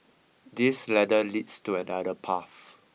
this ladder leads to another path